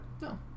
No